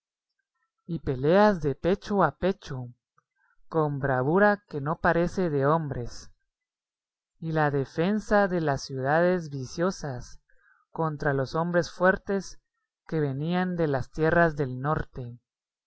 y peleas de pecho a pecho con bravura que no parece de hombres y la defensa de las ciudades viciosas contra los hombres fuertes que venían de las tierras del norte